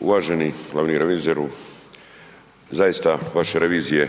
Uvaženi glavni revizoru, zaista vaše revizije